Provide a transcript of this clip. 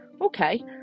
okay